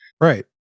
Right